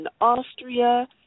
Austria